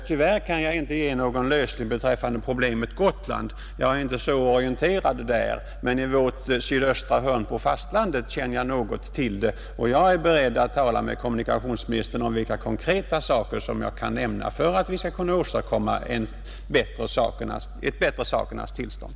Tyvärr kan jag inte ge någon lösning på problemet Gotland; jag är inte så orienterad om situationen där. Men hur det är i vårt sydöstra hörn av fastlandet känner jag bättre till, och jag är beredd att tala med kommunikationsministern om vilka konkreta åtgärder jag kan föreslå för att vi där skall kunna åstadkomma ett bättre sakernas tillstånd.